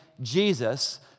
Jesus